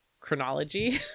chronology